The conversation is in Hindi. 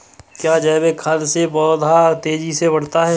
क्या जैविक खाद से पौधा तेजी से बढ़ता है?